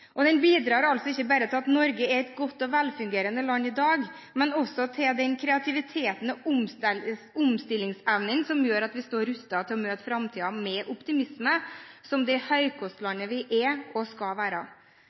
Og den bidrar altså ikke bare til at Norge er et godt og velfungerende land i dag, men også til den kreativiteten og omstillingsevnen som gjør at vi står rustet til å møte framtiden med optimisme, som det høykostlandet vi er og skal være.